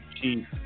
Chief